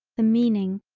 the meaning,